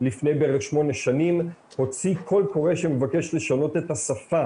לפני בערך שמונה שנים הוציא קול קורא שביקש לשנות את השפה